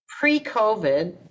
pre-COVID